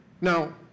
now